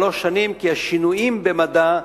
שלוש שנים בגלל השינויים במדע,